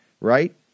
right